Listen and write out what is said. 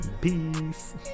Peace